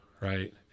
right